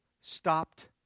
stopped